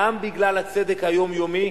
גם בגלל הצדק היומיומי,